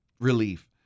relief